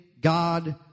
God